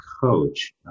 coach